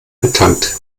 betankt